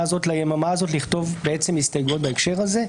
הזאת ליממה הזאת לכתוב הסתייגויות בהקשר הזה,